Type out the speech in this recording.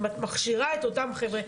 אם את מכשירה את אותם חבר'ה,